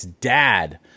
dad